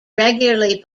regularly